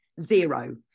zero